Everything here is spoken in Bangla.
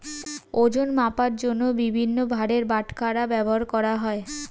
ওজন মাপার জন্য বিভিন্ন ভারের বাটখারা ব্যবহার করা হয়